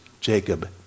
Jacob